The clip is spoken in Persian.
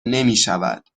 نمیشود